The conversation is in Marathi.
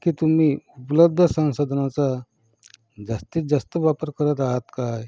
की तुम्ही उपलब्ध संसाधनाचा जास्तीत जास्त वापर करत आहात काय